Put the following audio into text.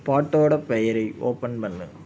பாட்டோடய பெயரை ஓப்பன் பண்ணு